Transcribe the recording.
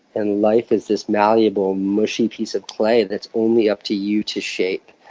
and life is this malleable, mushy piece of clay that's only up to you to shape.